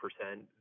percent